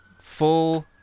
full